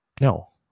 No